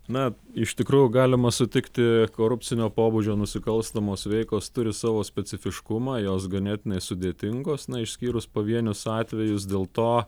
na iš tikrųjų galima sutikti korupcinio pobūdžio nusikalstamos veikos turi savo specifiškumą jos ganėtinai sudėtingos na išskyrus pavienius atvejus dėl to